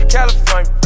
California